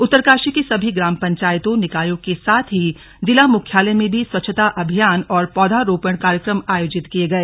उत्तरकाशी की सभी ग्राम पंचायतों निकायों के साथ ही जिला मुख्यालय में भी स्वच्छता अभियान और पौधरोपण कार्यक्रम आयोजित किए गए